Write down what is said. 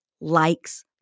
likes